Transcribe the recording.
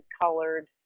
colored